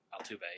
Altuve